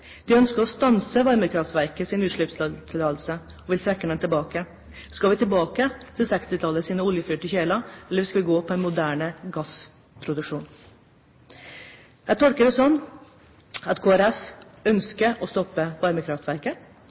De ønsker å stanse varmekraftverkets utslippstillatelse og vil trekke den tilbake. Skal vi tilbake til 1960-tallets oljefyrte kjeler, eller skal vi gå for en moderne gassproduksjon? Jeg tolker det slik at Kristelig Folkeparti ønsker å stoppe varmekraftverket,